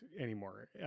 anymore